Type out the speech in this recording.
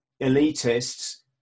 elitists